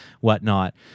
whatnot